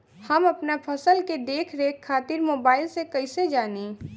हम अपना फसल के देख रेख खातिर मोबाइल से कइसे जानी?